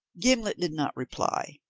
gimblet did not reply,